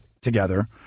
together